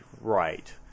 Right